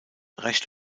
recht